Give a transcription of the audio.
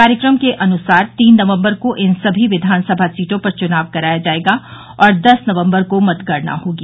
कार्यक्रम के अनुसार तीन नवम्बर को इन सभी विधानसभा सीटों पर चुनाव कराया जायेगा और दस नवम्बर को मतगणना होगी